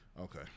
Okay